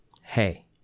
Hey